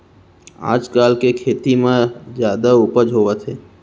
आजकाल के खेती म जादा उपज होवत हे